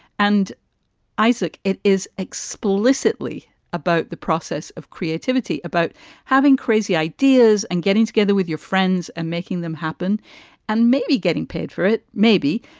and isaac, it is explicitly about the process of creativity, about having crazy ideas and getting together with your friends and making them happen and maybe getting paid for it maybe.